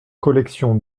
collection